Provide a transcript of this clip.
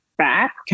back